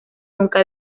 nunca